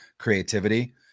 creativity